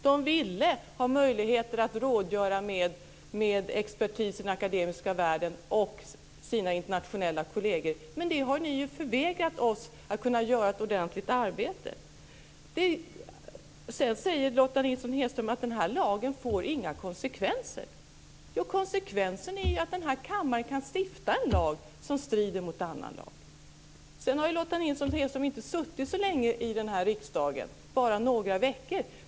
De ville ha möjligheter att rådgöra med expertis i den akademiska världen och med sina internationella kolleger. Men ni har förvägrat oss möjligheter att göra ett ordentligt arbete. Lotta Nilsson-Hedström säger att den här lagen inte får några konsekvenser. Men en konsekvens är att denna kammare kan stifta en lag som strider mot annan lag. Lotta Nilsson-Hedström har inte suttit så länge i riksdagen - bara några veckor.